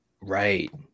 Right